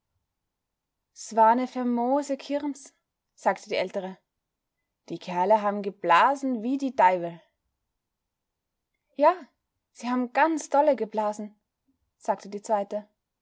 s war ne fermose kirms sagte die ältere die kerle haben geblasen wie die deiwel ja sie haben ganz dolle geblasen sagte die zweite